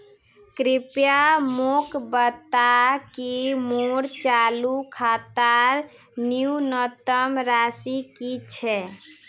कृपया मोक बता कि मोर चालू खातार न्यूनतम राशि की छे